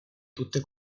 tutte